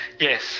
Yes